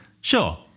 sure